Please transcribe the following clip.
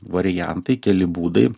variantai keli būdai